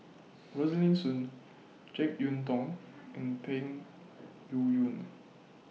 Rosaline Soon Jek Yeun Thong and Peng Yuyun